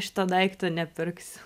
šito daikto nepirksiu